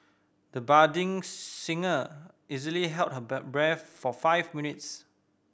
the budding singer easily held her breath for five minutes